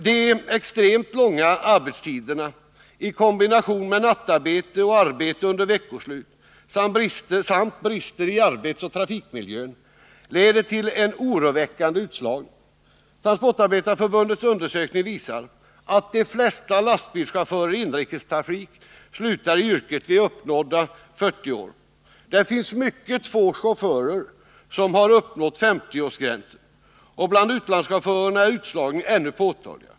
De extremt långa arbetstiderna i kombination med nattarbete och arbete under veckoslut samt brister i arbetsoch trafikmiljön leder till en oroväckande utslagning. Transportarbetareförbundets undersökning visar att de flesta lastbilschaufförer i inrikestrafik slutar i yrket vid uppnådda 40 år. Det finns mycket få chaufförer som har uppnått 50-årsgränsen. Bland utlandschaufförerna är utslagningen ännu påtagligare.